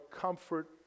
comfort